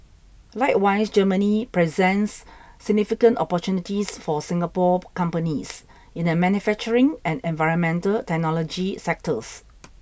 likewise Germany presents significant opportunities for Singapore companies in the manufacturing and environmental technology sectors